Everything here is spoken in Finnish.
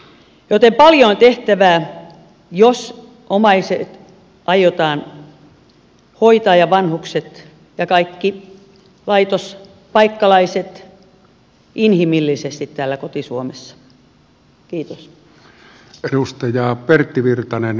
joten paljon on tehtävää jos omaiset aiotaan hoitaa ja vanhukset ja kaikki laitospaikkalaiset inhimillisesti täällä koti suomessa